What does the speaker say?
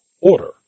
order